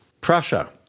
Prussia